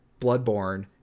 Bloodborne